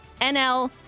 nl